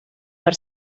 per